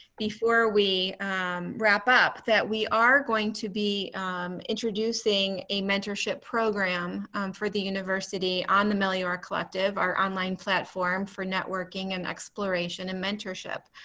before we wrap up that we are going to be introducing a mentorship program for the university on the meliora collective, our online platform for networking and expiration and mentorship.